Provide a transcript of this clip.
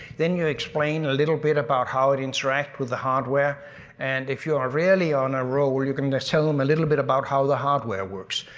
then you explain a little bit about how it interacts with the hardware and if you are really on a roll you can and tell them a little bit about how the hardware works.